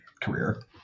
career